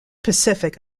pacific